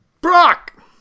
Brock